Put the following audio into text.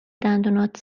دندونات